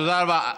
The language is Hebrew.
תודה רבה.